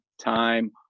time